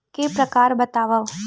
के प्रकार बतावव?